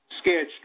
scared